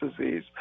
disease